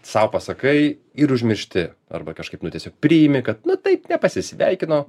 sau pasakai ir užmiršti arba kažkaip nu tiesiog priimi kad na taip nepasisveikino